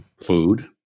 food